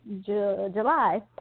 july